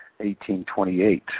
1828